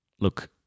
look